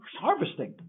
harvesting